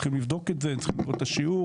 צריכים לבדוק את זה, צריך לבדוק את השיעור.